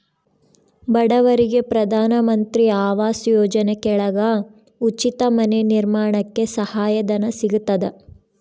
ಬಡವರಿಗೆ ಪ್ರಧಾನ ಮಂತ್ರಿ ಆವಾಸ್ ಯೋಜನೆ ಕೆಳಗ ಉಚಿತ ಮನೆ ನಿರ್ಮಾಣಕ್ಕೆ ಸಹಾಯ ಧನ ಸಿಗತದ